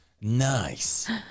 nice